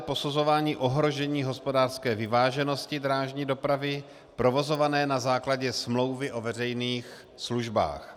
Posuzování ohrožení hospodářské vyváženosti drážní dopravy provozované na základě smlouvy o veřejných službách.